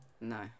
No